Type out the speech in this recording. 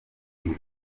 muntu